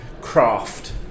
craft